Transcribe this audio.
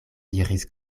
diris